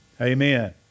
Amen